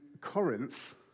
Corinth